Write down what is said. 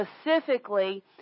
specifically